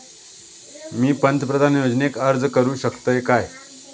मी पंतप्रधान योजनेक अर्ज करू शकतय काय?